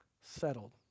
settled